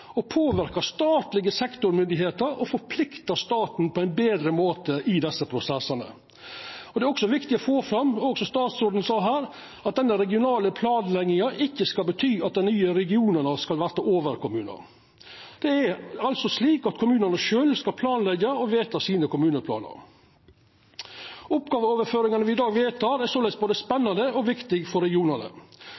vil påverka statlege sektormyndigheiter og forplikta staten på ein betre måte i desse prosessane. Det er også viktig å få fram, som statsråden sa, at denne regionale planlegginga ikkje skal bety at dei nye regionane vert overkommunar. Kommunane skal sjølve planleggja og vedta sine kommuneplanar. Oppgåveoverføringane me i dag vedtek, er såleis både